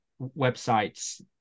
websites